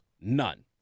None